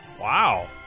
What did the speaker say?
Wow